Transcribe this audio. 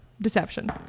deception